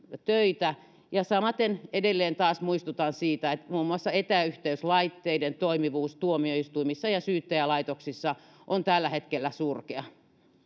töitä ja samaten edelleen taas muistutan siitä että muun muassa etäyhteyslaitteiden toimivuus tuomioistuimissa ja syyttäjälaitoksissa on tällä hetkellä surkea